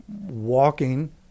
walking